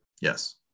Yes